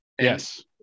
Yes